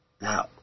Now